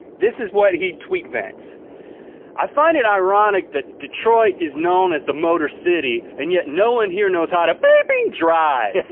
this is what he tweet-vents i find it ironic that detroit is known as the motor city and yet no one here knows how to bleeping drive.